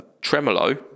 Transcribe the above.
Tremolo